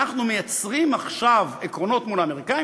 אנחנו מייצרים עכשיו עקרונות מול האמריקנים